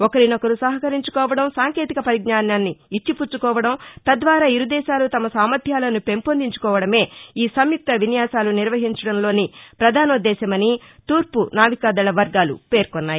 ఒకరినొకరు సహకరించుకోవడం సాంకేతిక పరిజ్ఞానం ఇచ్చిపుచ్చుకోవడం తద్వారా ఇరు దేశాలు తమ సామర్యాలను పెంపొందించుకోవడమే ఈ సంయుక్త విన్యాసాలు నిర్వహించడంలోని పధానోద్లేశమని తూర్పు నావికా దళ వర్గాలు పేర్కొన్నాయి